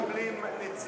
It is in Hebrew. הם גם מקבלים נציג.